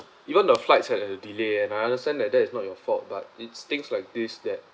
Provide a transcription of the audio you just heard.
even the flights had a delay and I understand that that is not your fault but it's things like this that